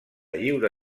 lliure